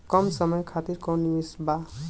कम समय खातिर कौनो निवेश बा?